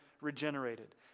regenerated